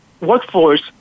workforce